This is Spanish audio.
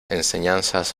enseñanzas